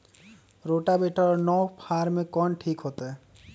Rotavator और नौ फ़ार में कौन ठीक होतै?